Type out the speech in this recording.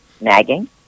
nagging